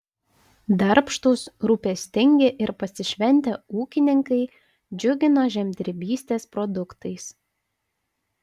darbštūs rūpestingi ir pasišventę ūkininkai džiugino žemdirbystės produktais